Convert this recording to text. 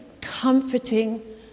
comforting